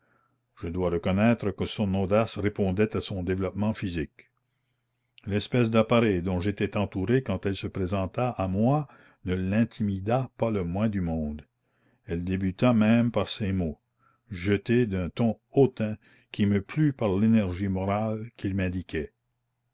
je dois reconnaître que son audace répondait à son développement physique l'espèce d'appareil dont j'étais entouré quand elle se présenta à moi ne l'intimida pas le moins du monde elle débuta même par ces mots jetés d'un ton hautain qui me plut par l'énergie morale qu'il m'indiquait